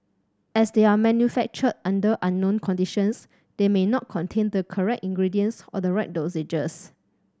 as they are manufactured under unknown conditions they may not contain the correct ingredients or the right dosages